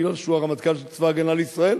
כי הוא הרמטכ"ל של צבא-הגנה לישראל,